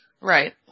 Right